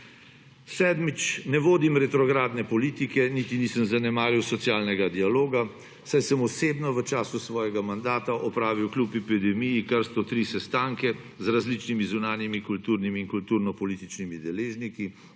Sedmič. Ne vodim retrogradne politike niti nisem zanemaril socialnega dialoga, saj sem osebno v času svojega mandata opravil kljub epidemiji kar 103 sestanke z različnimi zunanjimi kulturnimi in kulturnopolitičnimi deležniki,